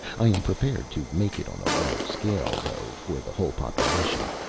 i am prepared to make it on a large scale, though, for the whole population.